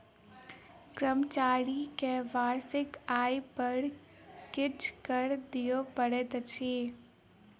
कर्मचारी के वार्षिक आय पर किछ कर दिअ पड़ैत अछि